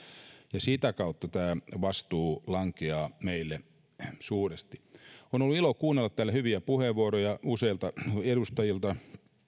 ja sitä kautta tämä vastuu lankeaa meille suuresti on ollut ilo kuunnella täällä hyviä puheenvuoroja useilta edustajilta